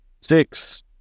six